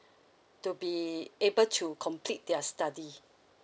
to be able to complete their study